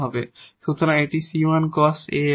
সুতরাং এটি 𝑐1 cos 𝑎𝑥 𝑐2 sin 𝑎𝑥 হবে